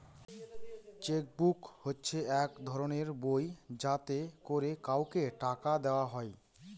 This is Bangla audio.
চেক বুক হচ্ছে এক ধরনের বই যাতে করে কাউকে টাকা দেওয়া হয়